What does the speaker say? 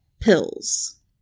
pills